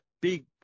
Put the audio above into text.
Big